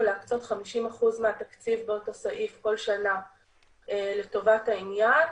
להקצות 50% מהתקציב באותו סעיף כל שנה לטובת העניין